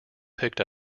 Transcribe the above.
picked